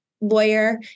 lawyer